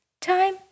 time